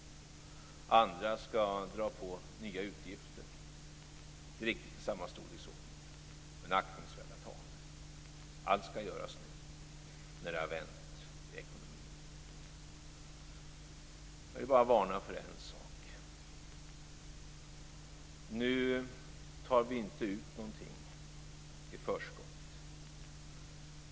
Andra skall dra på sig nya utgifter, inte i riktigt i samma storleksordning men i aktningsvärda tal. Och allt skall göras nu, när det har vänt i ekonomin. Jag vill bara varna för en sak. Nu tar vi inte ut någonting i förskott.